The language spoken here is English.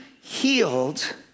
healed